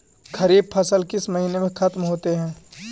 खरिफ फसल किस महीने में ख़त्म होते हैं?